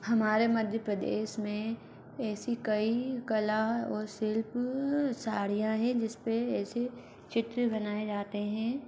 हमारे मध्य प्रदेश में ऐसी कई कला और शिल्प साड़ियाँ हैं जिस पर ऐसे चित्र बनाए जाते हैं